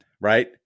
right